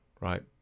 Right